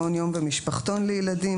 מעון יום ומשפחתון לילדי,